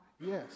Yes